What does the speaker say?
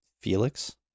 Felix